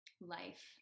life